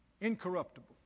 Incorruptible